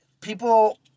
people